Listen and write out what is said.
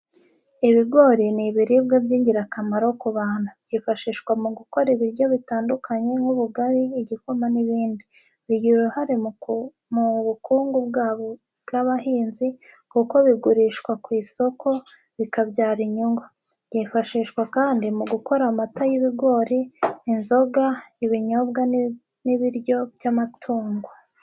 Ibigori ni ibiribwa by'ingirakamaro ku bantu, byifashishwa mu gukora ibiryo bitandukanye nk'ubugari, igikoma n’ibindi. Bigira uruhare mu bukungu bw’abahinzi kuko bigurishwa ku isoko, bikabyara inyungu. Byifashishwa kandi mu gukora amata y’ibigori, inzoga, ibinyobwa, n’ibiryo by’amatungo.